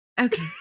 Okay